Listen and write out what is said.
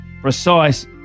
precise